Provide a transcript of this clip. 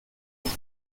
pour